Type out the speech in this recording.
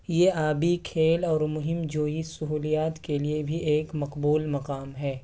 یہ آبی کھیل اور مہم جوئی سہولیات کے لیے بھی ایک مقبول مقام ہے